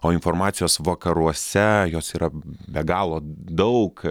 o informacijos vakaruose jos yra be galo daug